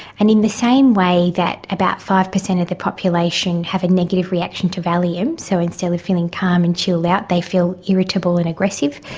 and in the same way that about five percent of the population have a negative reaction to valium, so instead of feeling calm and chilled-out they feel irritable and aggressive,